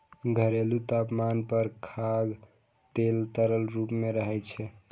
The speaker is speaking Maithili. घरेलू तापमान पर खाद्य तेल तरल रूप मे रहै छै